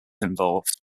involved